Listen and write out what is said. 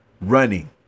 running